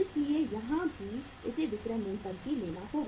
इसलिए यहां भी इसे विक्रय मूल्य पर लेना होगा